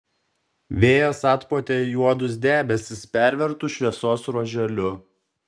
vėjas atpūtė juodus debesis pervertus šviesos ruoželiu